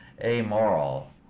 amoral